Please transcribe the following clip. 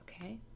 okay